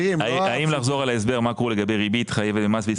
האם לחזור על ההסבר מה קורה לגבי ריבית חייבת במס בישראל?